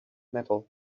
metal